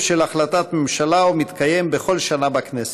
של החלטת ממשלה ומתקיים בכל שנה בכנסת,